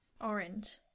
Orange